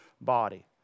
body